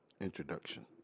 Introduction